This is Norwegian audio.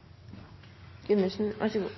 i kriminalitetsstatistikken. Så en god barnehagepolitikk og en god skolepolitikk for guttene er avgjørende for å gjøre noe med det.